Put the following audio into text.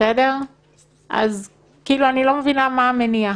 אז אני לא מבינה מה המניע,